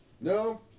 No